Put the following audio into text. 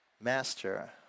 Master